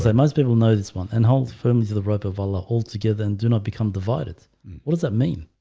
must be able know this one and hold firmly to the rope of allah all together and do not become divided what does that mean?